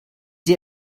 sie